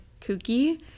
kooky